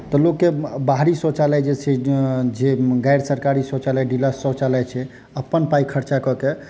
तऽ लोककेँ बाहरी शौचालय जे छै जे गैर सरकारी शौचालय डिलक्स शौचालय छै अपन पाइ खर्चा कऽ के